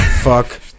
fuck